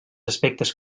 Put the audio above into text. aspectes